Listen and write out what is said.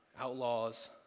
outlaws